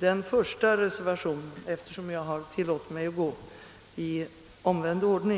övergår jag till reservationen 1, eftersom jag tillåtit mig att gå i omvänd ordning.